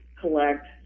collect